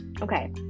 Okay